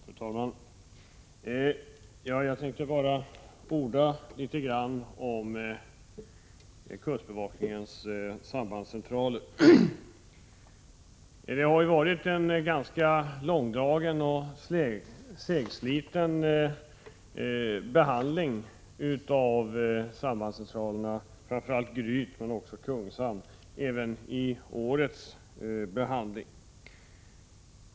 Fru talman! Jag tänkte bara orda litet grand om kustbevakningens sambandscentraler. Även i år har det varit en ganska långdragen och segsliten behandling av sambandscentralerna, framför allt Gryt men även Kungshamn.